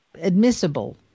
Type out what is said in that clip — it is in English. admissible